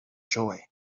joy